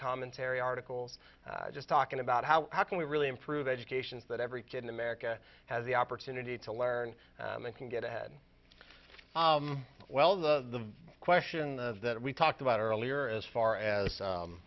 commentary articles just talking about how how can we really improve education that every kid in america has the opportunity to learn and can get ahead well the question that we talked about earlier as far as